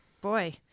boy